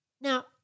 Now